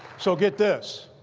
so get this.